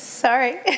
sorry